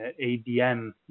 ADM